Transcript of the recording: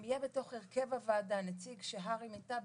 אם יהיה בתוך הרכב הוועדה נציג שהר"י מינתה,